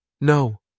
No